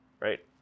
right